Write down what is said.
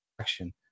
action